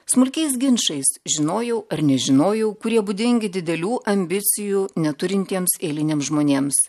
smulkiais ginčais žinojau ar nežinojau kurie būdingi didelių ambicijų neturintiems eiliniams žmonėms